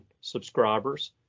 subscribers